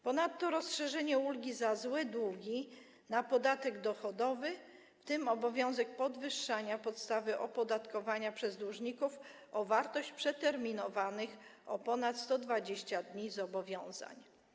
Ponadto rozszerzenie ulgi za złe długi na podatek dochodowy, w tym obowiązek podwyższania podstawy opodatkowania przez dłużników o wartość przeterminowanych o ponad 120 dni zobowiązań.